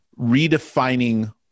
redefining